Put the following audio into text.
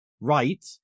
right